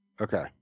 Okay